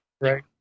Right